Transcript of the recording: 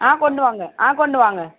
ஆ கொண்டு வாங்க ஆ கொண்டு வாங்க